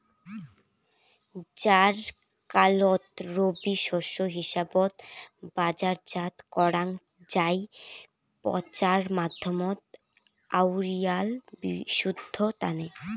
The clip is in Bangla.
জ্বারকালত রবি শস্য হিসাবত বাজারজাত করাং যাই পচার মাধ্যমত আউয়াল বিদ্ধির তানে